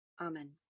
Amen